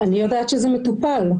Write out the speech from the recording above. אני יודעת שזה מטופל.